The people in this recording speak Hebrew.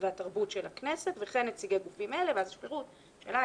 והתרבות של הכנסת וכן נציגי גופים אלה..." ואז יש פירוט: הממשלה,